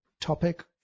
topic